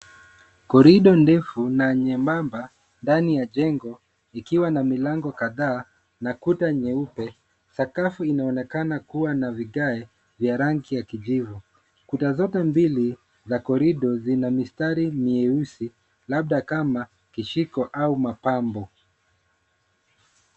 Korido ndefu ndani ya jengo ikiwa na milango kadhaa na kuta nyeupe. Sakafu inaonekana kuwa na vigae vya rangi ya kijivu. Kuta zote mbili za korido zina mistari mieusi, labda kama vishiko au mapambo.